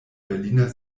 berliner